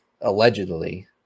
allegedly